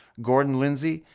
gordon lindsay,